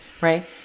Right